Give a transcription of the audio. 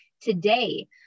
today